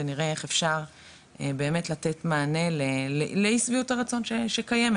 ונראה איך אפשר באמת לתת מענה לאי שביעות הרצון שקיימת.